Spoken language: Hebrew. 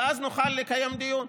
ואז נוכל לקיים דיון,